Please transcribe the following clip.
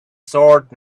sword